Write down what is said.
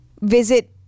Visit